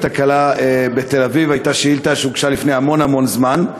הקלה בתל-אביב הוגשה לפני המון המון זמן,